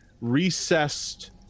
recessed